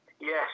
Yes